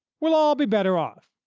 we'll all be better off,